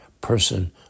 person